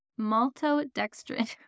maltodextrin